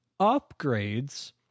upgrades